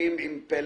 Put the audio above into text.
"בוקינג"